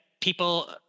people